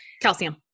Calcium